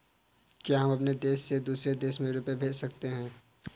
क्या हम अपने देश से दूसरे देश में रुपये भेज सकते हैं?